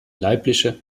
leibliche